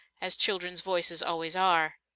as children's voices always are.